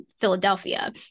Philadelphia